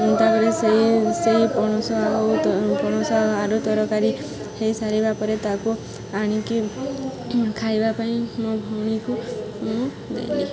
ତା'ପରେ ସେଇ ସେଇ ପଣସ ଆଉ ପଣସ ଆଳୁ ତରକାରୀ ହେଇସାରିବା ପରେ ତାକୁ ଆଣିକି ଖାଇବା ପାଇଁ ମୋ ଭଉଣୀକୁ ମୁଁ ଦେଲି